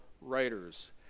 writers